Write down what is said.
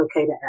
okay